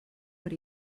per